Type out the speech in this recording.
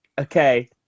Okay